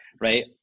Right